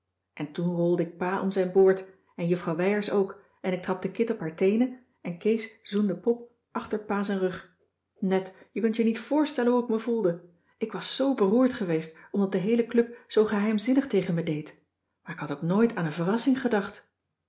en toen rolde ik pa om zijn boord en juffrouw wijers ook en ik trapte kit op haar teenen en kees zoende pop achter pa z'n rug net je kunt je niet voorstellen hoe ik me voelde ik was zoo beroerd cissy van marxveldt de h b s tijd van joop ter heul geweest omdat de heele club zoo geheimzinnig tegen me deed maar k had ook nooit aan een verrassing gedacht